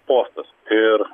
postas ir